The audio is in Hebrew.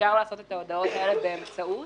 שאפשר לעשות את ההודעות האלה באמצעות